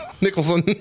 Nicholson